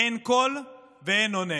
אין קול ואין עונה.